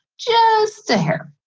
just a hair.